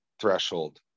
threshold